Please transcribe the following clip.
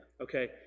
Okay